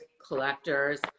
collectors